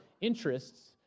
interests